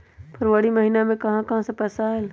फरवरी महिना मे कहा कहा से पैसा आएल?